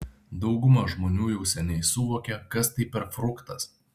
dauguma žmonių jau seniai suvokė kas tai per fruktas